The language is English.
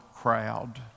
crowd